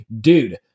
dude